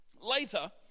Later